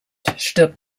stirbt